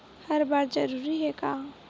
हर बार जरूरी हे का?